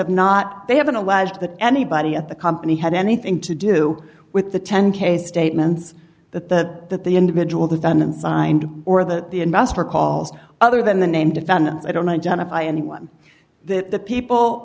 have not they haven't alleged that anybody at the company had anything to do with the ten k statements that the that the individual defendants signed or that the investor calls other than the name defendants i don't identify anyone that the people